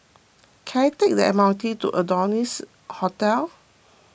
can I take the M R T to Adonis Hotel